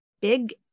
big